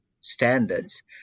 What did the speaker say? standards